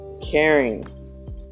caring